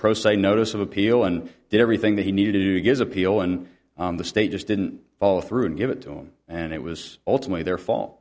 pro se notice of appeal and did everything that he needed to do gives appeal on the state just didn't follow through and give it to them and it was ultimately their fault